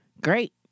Great